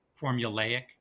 formulaic